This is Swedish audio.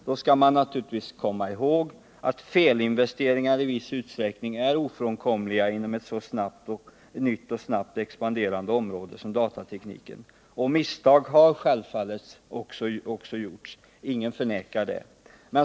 Man skall naturligtvis komma ihåg att felinvesteringar i viss utsträckning är ofrånkomliga inom ett nytt och snabbt expanderande område som datatekniken. Misstag har självfallet också gjorts — ingen förnekar detta.